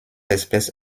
espèce